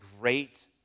great